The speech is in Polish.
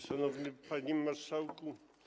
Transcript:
Szanowny Panie Marszałku!